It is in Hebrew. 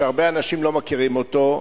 שהרבה אנשים לא מכירים אותו,